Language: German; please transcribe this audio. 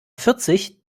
vierzig